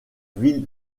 ville